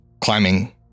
climbing